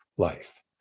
life